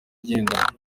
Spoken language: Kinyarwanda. igendanwa